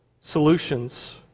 solutions